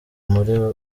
muri